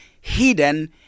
hidden